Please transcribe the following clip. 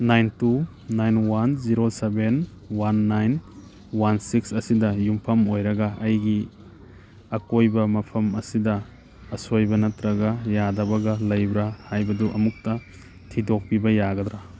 nine two nine one zero seven one nine one six ꯑꯁꯤꯗ ꯌꯨꯝꯐꯝ ꯑꯣꯏꯔꯒ ꯑꯩꯒꯤ ꯑꯀꯣꯏꯕ ꯃꯐꯝ ꯑꯁꯤꯗ ꯑꯁꯣꯏꯕ ꯅꯠꯇ꯭ꯔꯒ ꯌꯥꯗꯕꯒ ꯂꯩꯕ꯭ꯔꯥ ꯍꯥꯏꯕꯗꯨ ꯑꯃꯨꯛꯇ ꯊꯤꯗꯣꯛꯄꯤꯕ ꯌꯥꯒꯗ꯭ꯔꯥ